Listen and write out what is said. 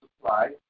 supply